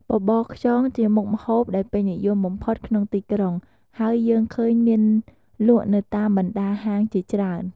បបរខ្យងជាមុខម្ហូបដែលពេញនិយមបំផុតក្នុងទីក្រុង ហើយយើងឃើញមានលក់នៅតាមបណ្តាហាងជាច្រើន។